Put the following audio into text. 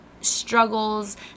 struggles